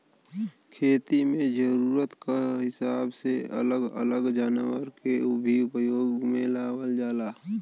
खेती में जरूरत क हिसाब से अलग अलग जनावर के भी उपयोग में लावल जाला